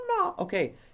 Okay